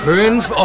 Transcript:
Fünf